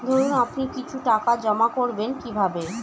ধরুন আপনি কিছু টাকা জমা করবেন কিভাবে?